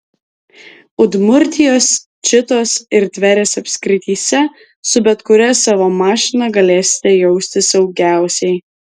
udmurtijos čitos ir tverės apskrityse su bet kuria savo mašina galėsite jaustis saugiausiai